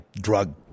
drug